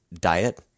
diet